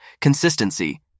consistency